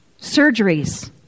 surgeries